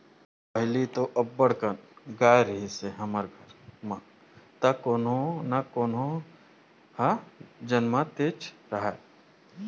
पहिली तो अब्बड़ अकन गाय रिहिस हे हमर घर म त कोनो न कोनो ह जमनतेच राहय